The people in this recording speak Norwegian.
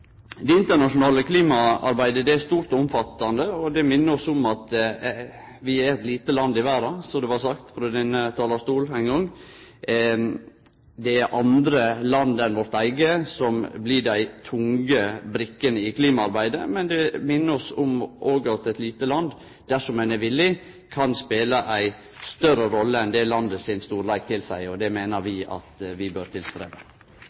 Det internasjonale klimaarbeidet er stort og omfattande. Det minner oss om at vi er eit lite land i verda, som det vart sagt frå denne talarstolen ein gong. Det er andre land enn vårt eige som blir dei tunge brikkene i klimaarbeidet. Men det minner oss òg om at eit lite land, dersom ein er villig, kan spele ei større rolle enn det landet sin storleik tilseier, og det meiner vi at ein bør